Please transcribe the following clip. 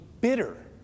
bitter